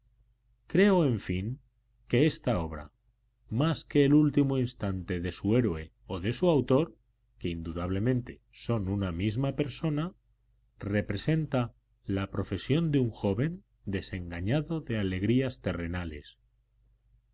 creo en fin que esta obra más que el último instante de su héroe o de su autor que indudablemente son una misma persona representa la profesión de un joven desengañado de alegrías terrenales